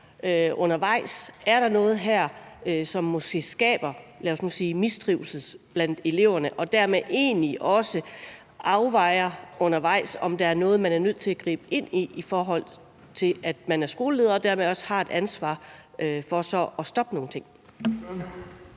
undervejs, om der er noget her, som måske skaber mistrivsel blandt eleverne, og dermed egentlig også afvejer undervejs, om der er noget, man er nødt til at gribe ind over for, i forhold til at man er skoleleder og dermed også har et ansvar for at stoppe nogle ting.